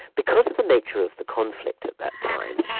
because of the nature of the conflict at that time,